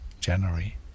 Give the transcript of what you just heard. January